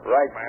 Right